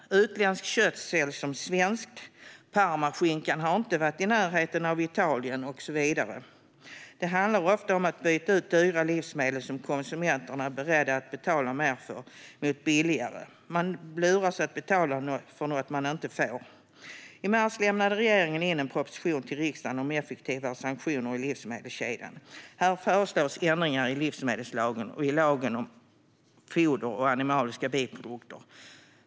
Utländskt kött säljs som svenskt, parmaskinkan har inte varit i närheten av Italien och så vidare. Det handlar ofta om att byta ut dyra livsmedel som konsumenterna är beredda att betala mer för mot billigare. Man luras att betala för något man inte får. I mars lämnade regeringen en proposition till riksdagen om effektivare sanktioner i livsmedelskedjan. Här föreslås ändringar i livsmedelslagen och i lagen om foder och animaliska biprodukter.